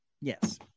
Yes